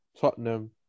Tottenham